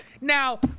Now